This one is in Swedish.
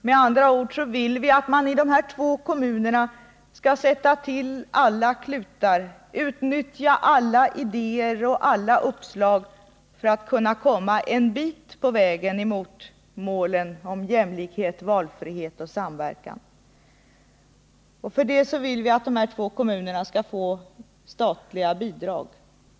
Med andra ord vill vi att man i de här två kommunerna skall sätta till alla klutar, utnyttja alla idéer och uppslag för att komma en bit på vägen mot målen jämlikhet, valfrihet och samverkan. För det vill vi att de två kommunerna skall få statliga bidrag.